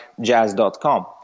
jazz.com